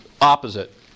opposite